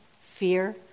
fear